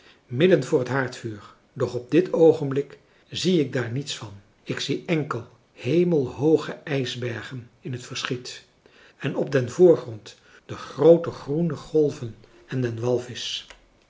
midden voor het haardvuur doch op dit oogenblik zie ik daar niets van ik zie enkel hemelhooge ijsbergen in het verschiet en op den voorgrond de groote groene golven en den walvisch